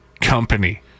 company